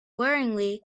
worryingly